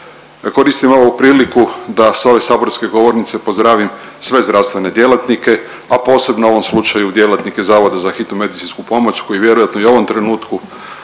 Koristim ovu priliku da s ove saborske govornice pozdravim sve zdravstvene djelatnike, a posebno u ovom slučaju djelatnike Zavoda za hitnu medicinsku pomoć koji vjerojatno i u ovom trenutku